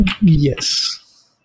Yes